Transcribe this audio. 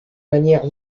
manière